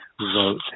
Vote